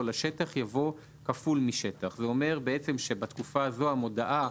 לשטח' יבוא '׳כפול משטח'." זה אומר שבתקופה הזו המודעה,